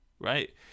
right